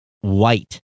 white